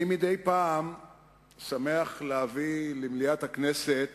מדי פעם אני שמח להביא למליאת הכנסת